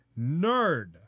nerd